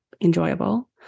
enjoyable